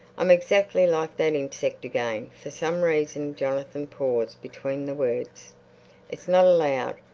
i'm exactly like that insect again. for some reason jonathan paused between the words it's not allowed,